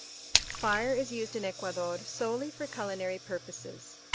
fire is used in ecuador solely for culinary purposes,